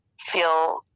feel